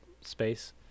space